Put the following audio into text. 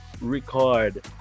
record